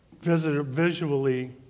visually